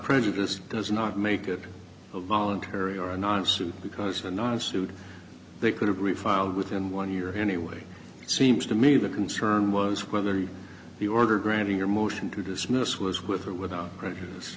prejudice does not make it voluntary or a non suit because for non suit they could have refiled within one year anyway it seems to me the concern was whether the order granting your motion to dismiss was with or without re